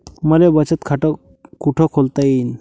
मले बचत खाते कुठ खोलता येईन?